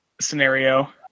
scenario